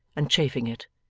and chafing it.